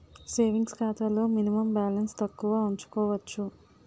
savings ఖాతాలో minimum balance తక్కువ ఉంచుకోవచ్చు